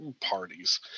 parties